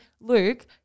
Luke